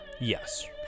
Yes